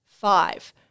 five